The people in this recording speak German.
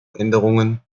änderungen